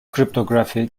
cryptography